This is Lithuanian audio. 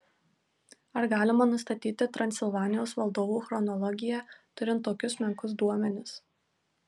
ar galima nustatyti transilvanijos valdovų chronologiją turint tokius menkus duomenis